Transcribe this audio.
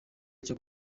cyo